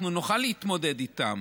שבו אנחנו נוכל להתמודד איתם.